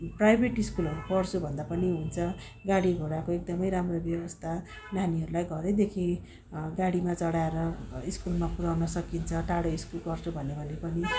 private स्कुलहरू पढ्छु भन्दा पनि हुन्छ गाडीघोडाको एकदमै राम्रो व्यवस्था नानीहरूलाई घरैदेखि गाडीमा चढाएर स्कुलमा पुर्याउनु सकिन्छ टाढो स्कुल गर्छु भन्यो भने पनि